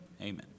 Amen